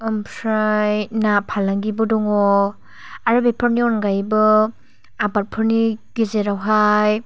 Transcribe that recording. ओमफ्राय ना फालांगिबो दङ आरो बेफोरनि अनगायैबो आबादफोरनि गेजेरावहाय